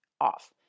off